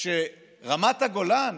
שרמת הגולן